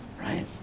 right